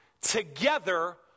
together